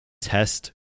Test